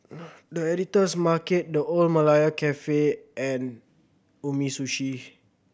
The Editor's Market The Old Malaya Cafe and Umisushi